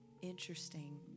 interesting